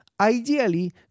ideally